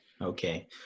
Okay